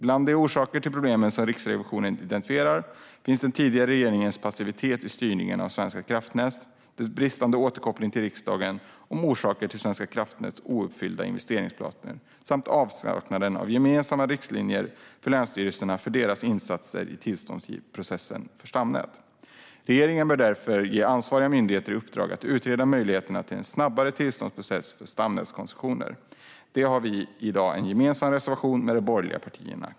Bland de orsaker till problemen som Riksrevisionen identifierar finns den tidigare regeringens passivitet i styrningen av Svenska kraftnät, dess bristande återkoppling till riksdagen om orsakerna till Svenska kraftnäts ouppfyllda investeringsplaner samt avsaknaden av gemensamma riktlinjer för länsstyrelserna för deras insatser i tillståndsprocessen för stamnät. Regeringen bör därför ge ansvariga myndigheter i uppdrag att utreda möjligheterna till en snabbare tillståndsprocess för stamnätskoncessioner. På denna punkt har vi i dag en gemensam reservation med de borgerliga partierna.